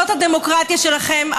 זאת הדמוקרטיה שלכם,